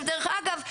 ודרך אגב,